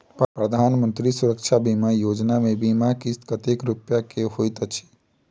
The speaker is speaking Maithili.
प्रधानमंत्री सुरक्षा बीमा योजना मे बीमा किस्त कतेक रूपया केँ होइत अछि?